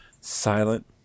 Silent